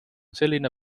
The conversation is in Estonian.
selline